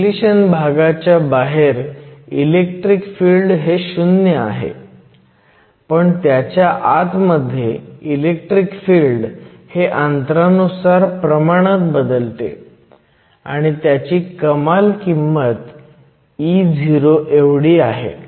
depletion भागाच्या बाहेर electric field शून्य आहे पण त्याच्या आतमध्ये इलेक्ट्रिक फिल्ड हे अंतरानुसार प्रमाणात बदलते आणि त्याची कमाल किंमत Eo आहे